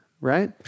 right